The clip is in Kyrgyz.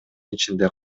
ичинде